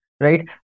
right